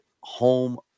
home